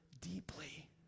deeply